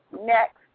next